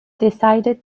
decided